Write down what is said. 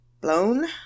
Blown